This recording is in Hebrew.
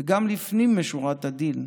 וגם לפנים משורת הדין,